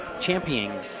championing